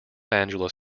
angeles